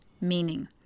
meaning